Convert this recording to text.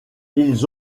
ils